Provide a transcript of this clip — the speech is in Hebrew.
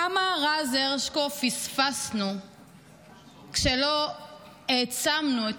כמה רז הרשקו פספסנו כשלא העצמנו את